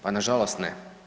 Pa nažalost ne.